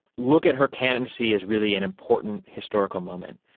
look at her candidacy as really an important historical moment.